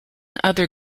other